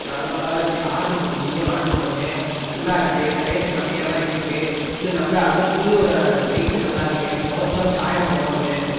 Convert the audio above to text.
அதனால் நல்லா தான் இந்துச்சி ஆர்ட்ரு பண் நீயும் ஆர்ட்ரு பண்ணு நல்லாருக்கு என்ன ரேட்டு கம்மியாக தான் இருக்கு இன்னும் நல்லா அது மாரி துணியோட வெயிட்டு நல்லாருக்கு துவச்சாலும் சாயம் போகாது